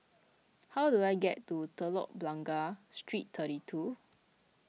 how do I get to Telok Blangah Street thirty two